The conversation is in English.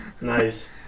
Nice